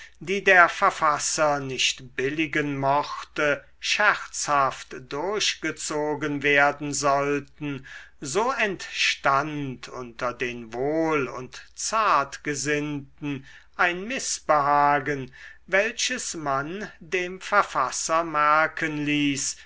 die der verfasser nicht billigen mochte scherzhaft durchgezogen werden sollten so entstand unter den wohl und zartgesinnten ein mißbehagen welches man dem verfasser merken ließ